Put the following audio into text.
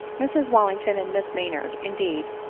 mrs wallington and miss maynard, indeed,